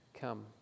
come